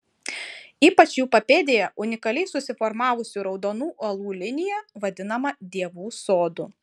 ypač jų papėdėje unikaliai susiformavusių raudonų uolų linija vadinama dievų sodu